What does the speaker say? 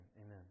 amen